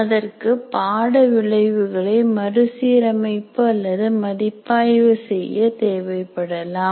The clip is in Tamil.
அதற்கு பாட விளைவுகளை மறுசீரமைப்பு அல்லது மதிப்பாய்வு செய்ய தேவைப்படலாம்